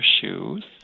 shoes